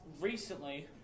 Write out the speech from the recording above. recently